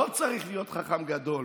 לא צריך להיות חכם גדול